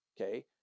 okay